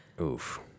Oof